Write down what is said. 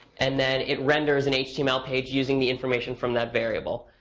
and then, it renders an html page, using the information from that variable.